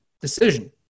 decision